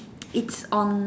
it's on